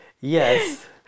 Yes